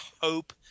hope